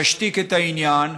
שישתיק את העניין.